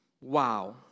Wow